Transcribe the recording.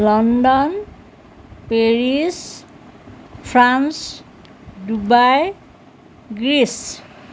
London Paris France Dubai Greece